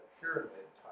pyramid-type